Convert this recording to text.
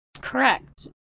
Correct